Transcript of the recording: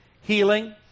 healing